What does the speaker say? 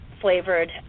flavored